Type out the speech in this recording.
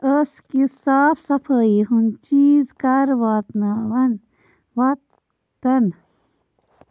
ٲسہٕ کہِ صاف صفٲیی ہُنٛد چیٖز کَر واتناوَن واتَن